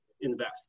invest